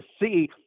see